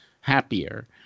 happier